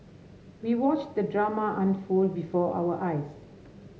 we watched the drama unfold before our eyes